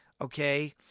okay